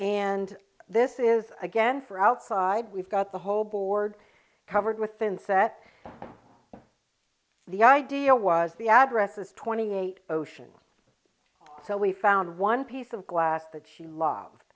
and this is again for outside we've got the whole board covered with inset the idea was the address is twenty eight ocean so we found one piece of glass that she love